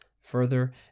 Further